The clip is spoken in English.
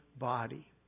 body